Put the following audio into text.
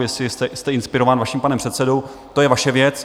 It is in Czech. Jestli jste inspirován vaším panem předsedou, to je vaše věc.